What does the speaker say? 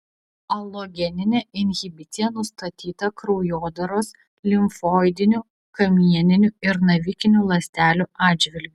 alogeninė inhibicija nustatyta kraujodaros limfoidinių kamieninių ir navikinių ląstelių atžvilgiu